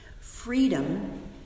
freedom